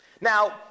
Now